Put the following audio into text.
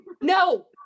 No